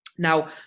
Now